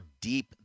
deep